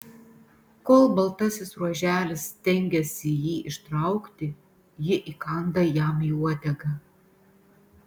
kol baltasis ruoželis stengiasi jį ištraukti ji įkanda jam į uodegą